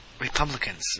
Republicans